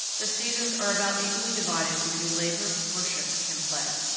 the seasons are about equally divided between labor, worship, and play.